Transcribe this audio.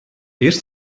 erst